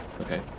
Okay